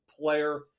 player